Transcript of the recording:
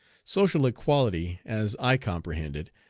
social equality, as i comprehend it,